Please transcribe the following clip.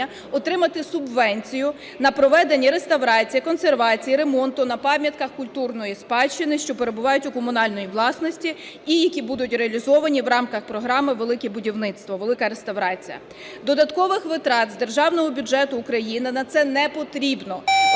отримати субвенцію на проведення реставрації, консервації, ремонту на пам'ятках культурної спадщини, що перебувають у комунальній власності і які будуть реалізовані в рамках програми "Велике будівництво", "Велика реставрація". Додаткових витрат з Державного бюджету України на це не потрібно,